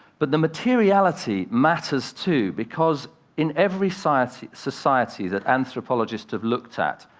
but the materiality matters too, because in every society society that anthropologists have looked at,